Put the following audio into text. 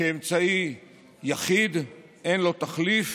כאמצעי יחיד, אין לו תחליף